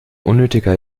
unnötiger